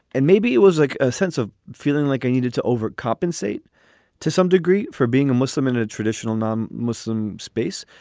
and maybe it was like a sense of feeling like i needed to overcompensate to some degree for being a muslim in a traditional non muslim space.